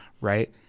right